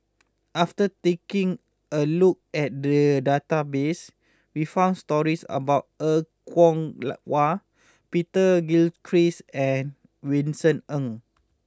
after taking a look at the database we found stories about Er Kwong Wah Peter Gilchrist and Vincent Ng